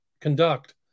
conduct